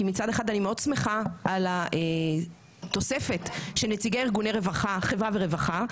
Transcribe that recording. כי מצד אחד אני מאוד שמחה על התוספת של נציגי ארגוני חברה ורווחה,